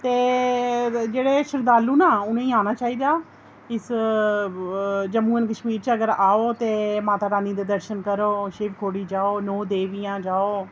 ते जेह्ड़े शरधालु ना उ'नेंगी आना चाहिदा इस जम्मू एंड कशमीर च अगर आओ ते माता रानी दे दर्शन करो शिवखोड़ी जाओ नौ देवियां जाओ